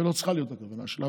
ולא צריכה להיות הכוונה שלה.